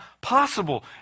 possible